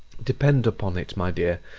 depend upon it, my dear,